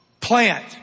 plant